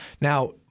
Now